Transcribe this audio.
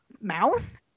mouth